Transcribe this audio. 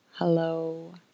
Hello